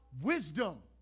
wisdom